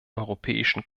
europäischen